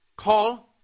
call